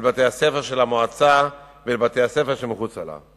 בתי-הספר של המועצה ואל בתי-הספר שמחוצה לה.